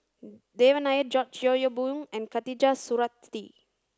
Devan Nair George Yeo Yong Boon and Khatijah Surattee